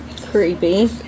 Creepy